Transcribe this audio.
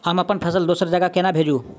हम अप्पन फसल दोसर जगह कोना भेजू?